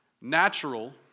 Natural